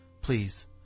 please